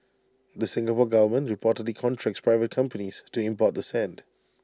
the Singapore Government reportedly contracts private companies to import the sand